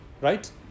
right